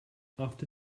after